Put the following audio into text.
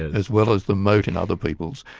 as well as the mote in other people's.